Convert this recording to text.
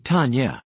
Tanya